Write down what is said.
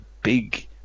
big